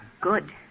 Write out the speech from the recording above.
Good